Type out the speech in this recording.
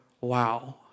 wow